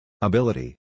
Ability